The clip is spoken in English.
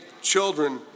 children